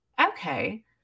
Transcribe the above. okay